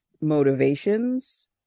motivations